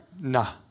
nah